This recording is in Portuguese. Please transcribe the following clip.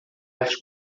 arte